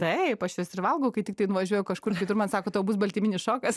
taip aš jas ir valgau kai tiktai nuvažiuoju kažkur kitur man sako tau bus baltyminis šokas